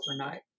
overnight